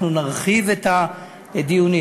אנחנו נרחיב את הדיונים.